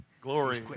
Glory